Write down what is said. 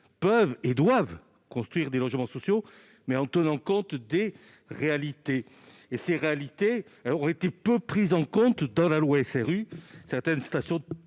veulent et doivent construire des logements sociaux, mais en tenant compte des réalités. Ces réalités ont été peu prises en compte dans la loi SRU.